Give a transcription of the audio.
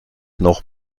noch